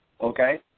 Okay